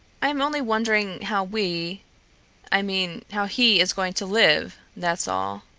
i am only wondering how we i mean, how he is going to live, that's all.